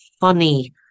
funny